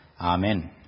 Amen